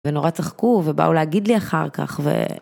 ונורא צחקו, ובאו להגיד לי אחר כך, ו...